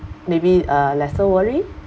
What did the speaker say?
maybe uh lesser worry